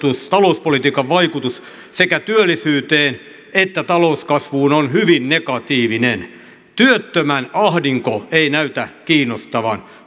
talouspolitiikan vaikutus sekä työllisyyteen että talouskasvuun on hyvin negatiivinen työttömän ahdinko ei näytä kiinnostavan